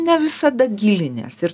ne visada gilinies ir